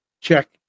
Check